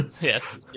Yes